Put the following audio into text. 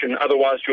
otherwise